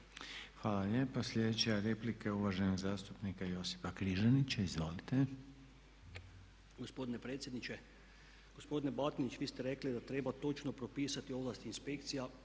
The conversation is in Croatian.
lijepa. Sljedeća replika je uvaženog zastupnika Josipa Križanića, izvolite. **Križanić, Josip (HDZ)** Gospodine Batinić vi ste rekli da treba točno propisati ovlasti inspekcija